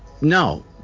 no